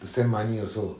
to send money also